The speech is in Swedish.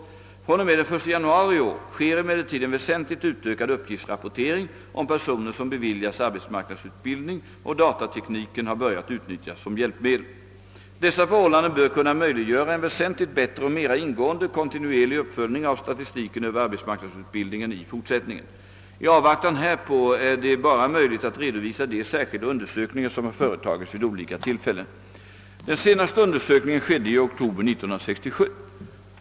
Från och med den 1 januari i år sker emellertid en väsentligt utökad uppgiftsrapportering om personer som beviljas arbetsmarknadsutbildning, och datatekniken har börjat utnyttjas som hjälpmedel. Dessa förhbållanden bör kunna möjliggöra en väsentligt bättre och mera ingående kontinuerlig uppföljning av statistiken över arbetsmarknadsutbildningen i fortsättningen. I avvaktan härpå är det bara möjligt att redovisa de särskilda undersökningar som har företagits vid olika tillfällen. | Den senaste undersökningen gjordes i oktober 1967.